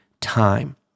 time